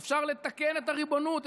אפשר לתקן את סוגיית המשילות,